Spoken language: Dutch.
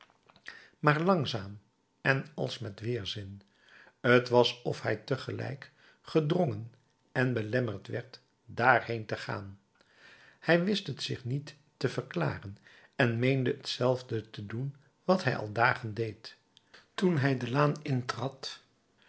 maar langzaam en als met weerzin t was of hij tegelijk gedrongen en belemmerd werd daarheen te gaan hij wist het zich niet te verklaren en meende hetzelfde te doen wat hij alle dagen deed toen hij de laan intrad